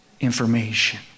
information